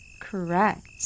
Correct